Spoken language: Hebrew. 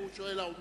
הוא שואל: האומנם?